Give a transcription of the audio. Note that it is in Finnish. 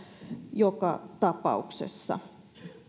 joka tapauksessa